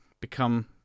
become